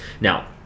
now